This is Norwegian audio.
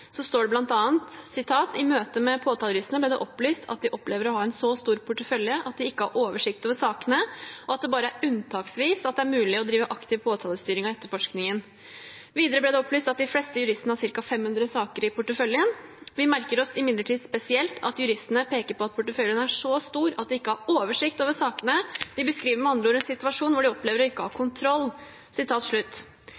står det bl.a.: «I møtet med påtalejuristene ble det opplyst at de opplever å ha en så stor portefølje at de ikke har oversikt over sakene og at det bare er unntaksvis det er mulighet til å drive aktiv påtalestyring av etterforskningen. Videre ble det opplyst at de fleste juristene har cirka 500 saker i porteføljen Vi merker oss imidlertid spesielt at juristene peker på at porteføljen er så stor at de ikke har oversikt over sakene. De beskriver med andre ord en situasjon hvor de opplever å ikke ha